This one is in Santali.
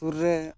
ᱥᱩᱨ ᱨᱮ